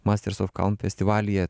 masters of kalm festivalyje